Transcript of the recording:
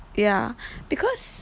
ya because